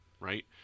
right